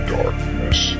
darkness